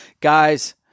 Guys